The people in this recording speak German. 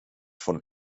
von